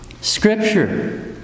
Scripture